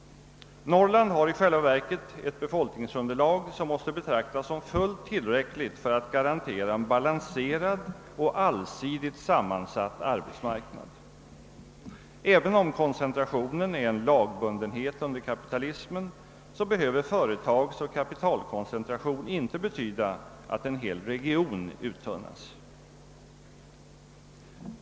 Norrland har i själva verket ett befolkningsunderlag som måste betraktas såsom fullt tillräckligt för att garantera en balanserad och allsidigt sammansatt arbetsmarknad. Även om koncentrationen är en lagbundenhet under kapitalismen, så behöver företagsoch kapitalkoncentration inte betyda att en hel region uttunnas.